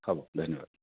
হ'ব ধন্যবাদ